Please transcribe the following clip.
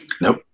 Nope